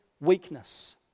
weakness